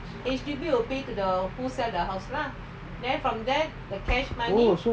oh so